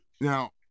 Now